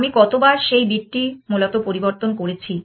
আমি কতবার সেই বিটটি মূলত পরিবর্তন করেছি